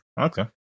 Okay